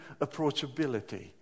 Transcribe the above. approachability